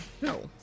no